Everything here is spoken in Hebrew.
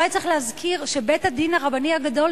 אולי צריך להזכיר שבית-הדין הרבני הגדול